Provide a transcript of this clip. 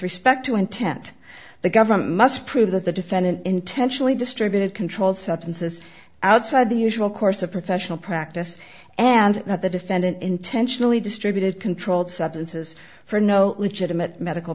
respect to intent the government must prove that the defendant intentionally distributed controlled substances outside the usual course of professional practice and that the defendant intentionally distributed controlled substances for no legitimate medical